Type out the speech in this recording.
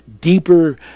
deeper